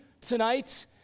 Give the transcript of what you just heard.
tonight